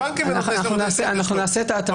אנחנו נעשה את ההתאמות.